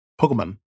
Pokemon